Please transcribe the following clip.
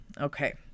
Okay